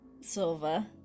Silva